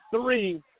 three